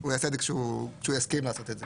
והוא יעשה את זה כשהוא יסכים לעשות את זה.